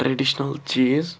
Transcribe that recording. traditional چیٖز